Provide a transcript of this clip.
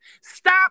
Stop